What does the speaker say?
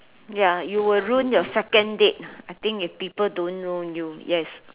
ya you will ruin your second date I think if people don't know you yes